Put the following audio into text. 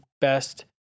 best